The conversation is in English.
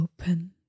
open